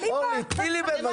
תני לי בבקשה.